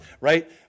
right